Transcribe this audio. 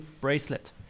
bracelet